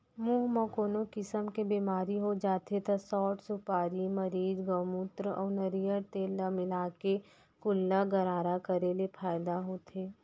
मुंह म कोनो किसम के बेमारी हो जाथे त सौंठ, सुपारी, मरीच, गउमूत्र अउ नरियर तेल ल मिलाके कुल्ला गरारा करे ले फायदा होथे